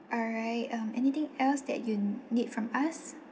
alright um anything else that you need from us